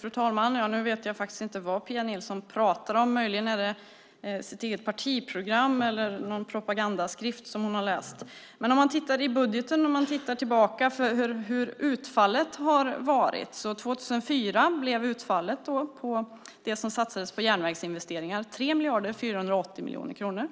Fru talman! Jag vet faktiskt inte vad Pia Nilsson pratar om. Möjligen är det det egna partiprogrammet eller någon propagandaskrift som hon har läst. Om man tittar tillbaka i budgeten hur utfallet har varit var det för 2004 för det som satsades på järnvägsinvesteringar 3 480 miljoner kronor.